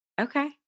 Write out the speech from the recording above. Okay